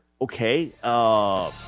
Okay